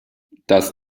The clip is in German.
das